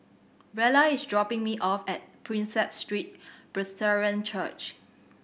Rella is dropping me off at Prinsep Street Presbyterian Church